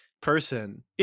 person